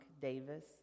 Davis